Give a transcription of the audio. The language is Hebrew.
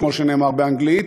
כמו שנאמר באנגלית,